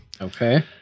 Okay